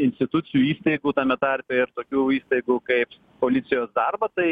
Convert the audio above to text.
institucijų įstaigų tame tarpe ir tokių įstaigų kaip policijos darbą tai